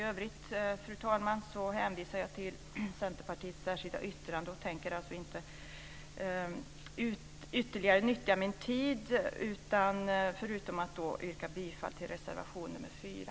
Fru talman! I övrigt hänvisar jag till Centerpartiets särskilda yttrande och tänker alltså inte ytterligare nyttja min tid. Jag yrkar bifall till reservation nr 4.